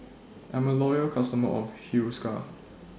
I'm A Loyal customer of Hiruscar